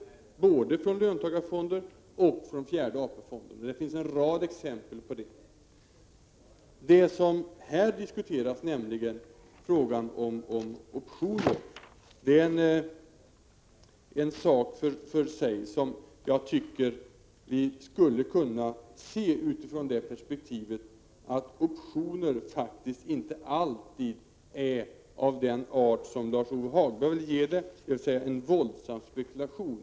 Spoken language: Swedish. Det görs av både löntagarfonder och den fjärde AP-fonden. Det finns en rad exempel på detta. Det som här diskuteras, nämligen frågan om optioner, är en sak för sig. Jag tycker att vi skulle kunna se det utifrån perspektivet att optioner faktiskt inte alltid är av den art som Lars-Ove Hagberg menar, dvs. en våldsam spekulation.